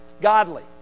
godly